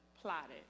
plotted